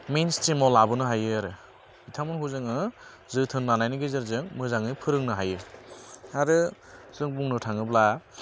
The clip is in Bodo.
मेइन स्ट्रिमाव लाबोनो हायो आरो बिथांमोनखौ जोङो जोथोन लानायनि गेजेरजों मोजाङै फोरोंनो हायो आरो जों बुंनो थाङोब्ला